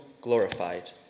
glorified